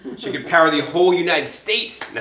she could power the whole united states.